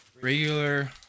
regular